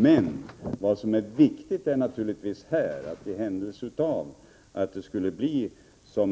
Men vad som är viktigt är naturligtvis att i händelse det — som jag antytt — skulle bli så